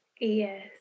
yes